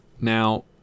Now